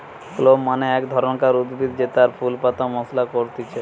clove মানে এক ধরণকার উদ্ভিদ জেতার ফুল পাতা মশলা করতিছে